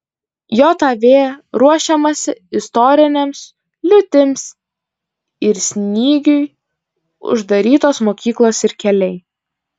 jav ruošiamasi istorinėms liūtims ir snygiui uždarytos mokyklos ir keliai